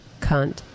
cunt